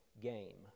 game